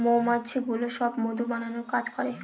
মৌমাছিগুলো সব মধু বানানোর কাজ করে